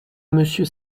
monsieur